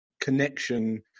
connection